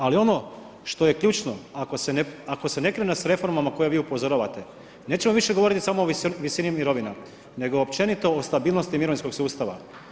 Ali ono što je ključno, ako se ne krene s reformama koje vi upozoravate, nećemo više govoriti samo o visini mirovina nego općenito o stabilnosti mirovinskog sustava.